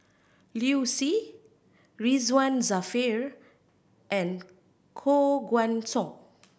Liu Si Ridzwan Dzafir and Koh Guan Song